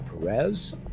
perez